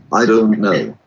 i don't know.